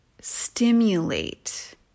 stimulate